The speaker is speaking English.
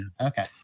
Okay